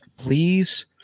Please